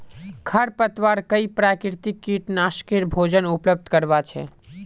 खरपतवार कई प्राकृतिक कीटनाशकेर भोजन उपलब्ध करवा छे